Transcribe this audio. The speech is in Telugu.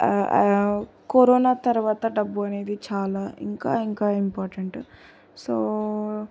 కరోనా తర్వాత డబ్బు అనేది చాలా ఇంకా ఇంకా ఇంపార్టెంట్ సో